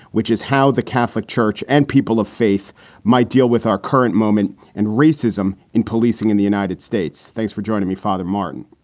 which is how the catholic church and people of faith might deal with our current moment and racism in policing in the united states. thanks for joining me, father martin.